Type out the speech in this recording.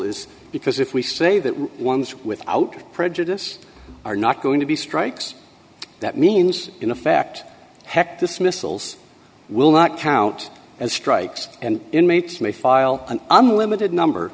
is because if we say that one's without prejudice are not going to be strikes that means in effect heck dismissals will not count as strikes and inmates may file an unlimited number